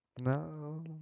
No